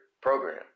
Program